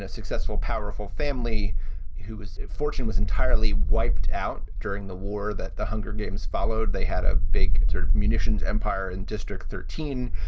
ah successful, powerful family who is fortune was entirely wiped out during the war that the hunger games followed. they had a big sort of munitions empire in district thirteen,